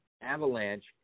Avalanche